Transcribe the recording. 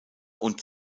und